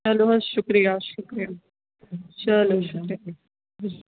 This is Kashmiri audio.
چلو حَظ شکریہ شکریہ چلو شکریہ